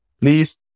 please